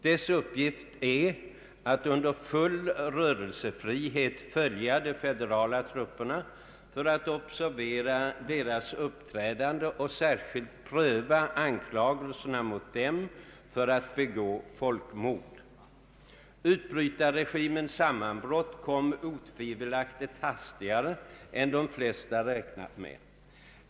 Dess uppgift är att under full rörelsefrihet följa de federala trupperna för att observera deras uppträdande och särskilt pröva anklagelserna mot dem för att begå folkmord. Utbrytarregimens sammanbrott kom otvivelaktigt hastigare än de flesta räknat med.